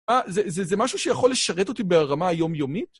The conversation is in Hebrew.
זה משהו שיכול לשרת אותי ברמה היומיומית?